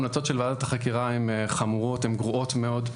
ההמלצות של ועדת החקירה הן חמורות וגרועות מאוד,